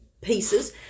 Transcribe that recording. pieces